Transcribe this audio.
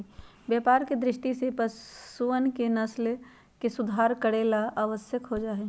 व्यापार के दृष्टि से पशुअन के नस्ल के सुधार करे ला आवश्यक हो जाहई